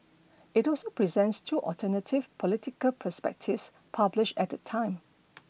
it also presents two alternative political perspectives published at the time